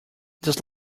this